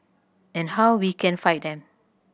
and how we can fight them